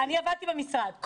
אני עבדתי במשרד.